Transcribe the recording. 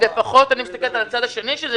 אני מסתכלת לצד השני,